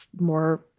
more